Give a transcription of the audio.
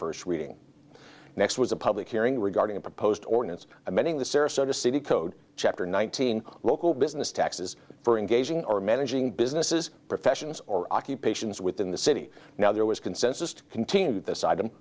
first reading next was a public hearing regarding a proposed ordinance amending the sarasota city code chapter nineteen local business taxes for engaging or managing businesses professions or occupations within the city now there was consensus to continue this item